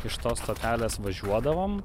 iš tos stotelės važiuodavom